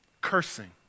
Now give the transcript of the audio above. Cursing